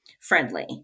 friendly